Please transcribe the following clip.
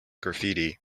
graffiti